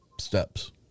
steps